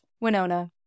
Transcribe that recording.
Winona